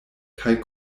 kaj